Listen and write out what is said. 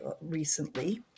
recently